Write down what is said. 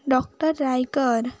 doctor Raikar